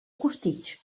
costitx